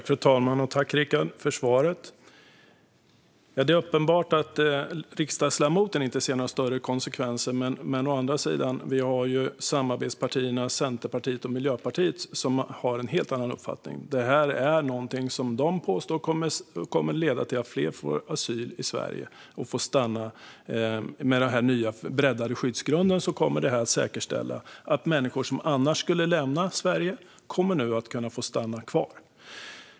Fru talman! Tack, Rikard Larsson, för svaret! Det är uppenbart att riksdagsledamoten inte ser några större konsekvenser. Å andra sidan har ni ju samarbetspartierna Centerpartiet och Miljöpartiet som har en helt annan uppfattning. Det här är någonting som de påstår kommer att leda till att fler får asyl i Sverige och får stanna. Med den nya breddade skyddsgrunden kommer det att säkerställa att människor som annars skulle lämna Sverige nu kommer att få stanna kvar.